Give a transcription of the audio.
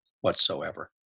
whatsoever